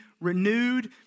renewed